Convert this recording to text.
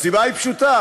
הסיבה היא פשוטה: